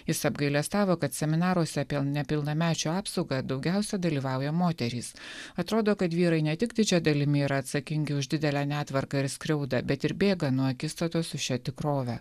jis apgailestavo kad seminaruose apie nepilnamečių apsaugą daugiausiai dalyvauja moterys atrodo kad vyrai ne tik didžia dalimi yra atsakingi už didelę netvarką ir skriaudą bet ir bėga nuo akistatos su šia tikrove